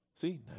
See